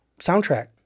soundtrack